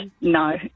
no